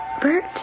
Bert